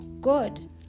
good